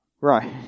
Right